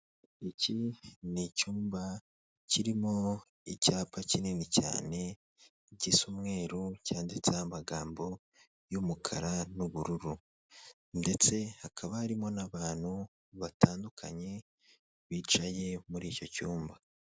Iki ni icyumba kirimo icyapa kinini cyane, gisa umweru cyanditseho amagambo y'umukara n'ubururu ndetse hakaba harimo n'abantu batandukanye bicaye muri icyo cyumba.